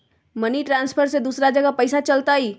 Money transfer से दूसरा जगह पईसा चलतई?